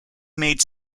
made